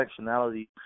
intersectionality